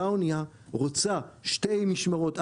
אנייה רוצה שתי משמרות א',